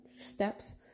steps